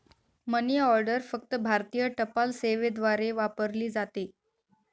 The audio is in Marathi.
मनी ऑर्डर फक्त भारतीय टपाल सेवेद्वारे वापरली जाते